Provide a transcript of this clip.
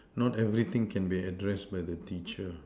not everything can be addressed by the teacher